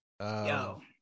Yo